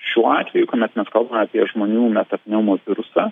šiuo atveju kuomet mes kalbame apie žmonių metapneumovirusą